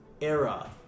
era